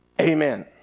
amen